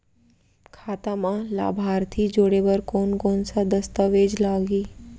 खाता म लाभार्थी जोड़े बर कोन कोन स दस्तावेज लागही?